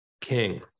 king